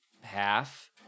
half